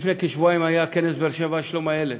לפני כשבועיים היה כנס באר שבע לשלום הילד